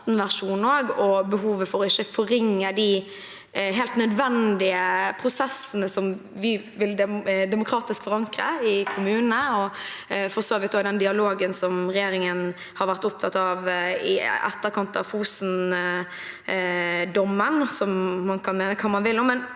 og behovet for ikke å forringe de helt nødvendige prosessene som vi demokratisk vil forankre i kommunene, og for så vidt også den dialogen som regjeringen har vært opptatt av i etterkant av Fosendommen. Man kan mene hva man vil om